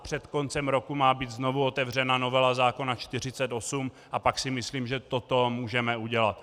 Před koncem roku má být znovu otevřena novela zákona 48 a pak si myslím, že toto můžeme udělat.